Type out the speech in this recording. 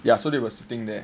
ya so they were sitting there